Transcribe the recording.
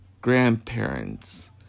grandparents